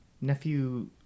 nephew